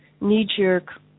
knee-jerk